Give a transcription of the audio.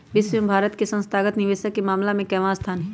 विश्व में भारत के संस्थागत निवेशक के मामला में केवाँ स्थान हई?